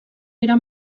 era